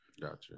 Gotcha